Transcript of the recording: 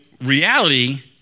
reality